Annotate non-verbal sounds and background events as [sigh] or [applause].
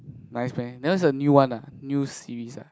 [breath] nice meh that one is a new one ah new series ah